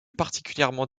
particulièrement